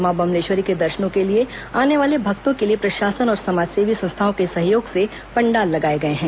मां बम्लेश्वरी के दर्शनों के लिए आने वाले भक्तों के लिए प्रशासन और समाज सेवी संस्थाओं के सहयोग से पंडाल लगाए गए हैं